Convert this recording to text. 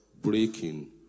breaking